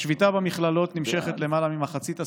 השביתה במכללות נמשכת למעלה ממחצית הסמסטר.